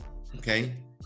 okay